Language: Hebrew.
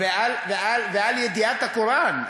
ועל ידיעת הקוראן.